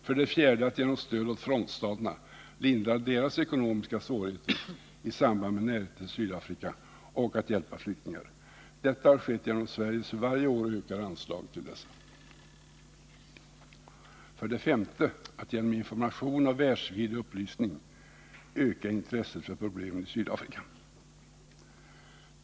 För det fjärde att genom stöd åt frontstaterna lindra deras ekonomiska svårigheter i samband med närheten till Sydafrika och hjälpa flyktingar. Detta har skett genom Sveriges varje år ökade anslag till sådant stöd. För det femte att genom information och världsvid upplysning öka intresset i världen för problemen i Sydafrika.